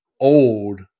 old